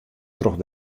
troch